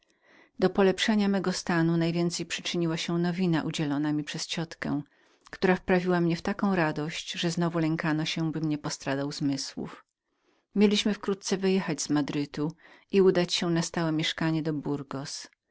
do polepszenia mego stanu najwięcej przyczyniła się nowina udzielona mi przez moją ciotkę która wprawiła mnie w taką radość że znowu lękano się abym niepostradał zmysłów mieliśmy wkrótce wyjechać z madrytu i udać się na stałe mięszkanie do